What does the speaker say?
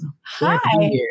Hi